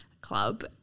Club